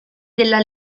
della